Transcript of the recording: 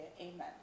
Amen